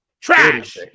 Trash